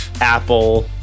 apple